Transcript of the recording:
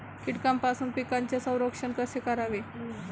कीटकांपासून पिकांचे संरक्षण कसे करावे?